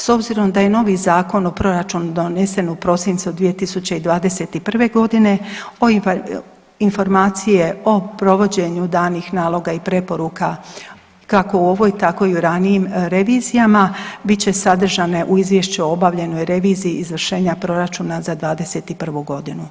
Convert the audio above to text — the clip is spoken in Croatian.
S obzirom da je novi Zakon o proračunu donesen u prosincu 2021. godine, informacije o provođenju danih naloga i preporuka kako u ovoj tako i u ranijim revizijama bit će sadržane u izvješću o obavljenoj reviziji izvršenja proračuna za '21. godinu.